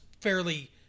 fairly